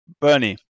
Bernie